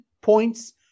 points